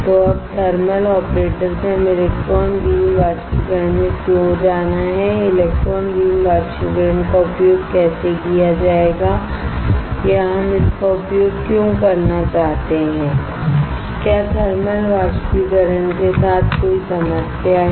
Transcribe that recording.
तो अब thermal operator से हमें इलेक्ट्रॉन बीम वाष्पीकरण में क्यों जाना है और इलेक्ट्रॉन बीम वाष्पीकरण का उपयोग कैसे किया जाएगा या हम इसका उपयोग क्यों करना चाहते हैं क्या थर्मल वाष्पीकरण के साथ कोई समस्या है